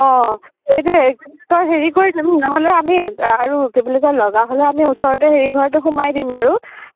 অঁ এইটোৱে হেৰি কৰি নহ'লে আমি আৰু কি বুলি কয় লগা হ'লে আমি ওচৰতে হেৰি ঘৰতে সোমাই দিম আৰু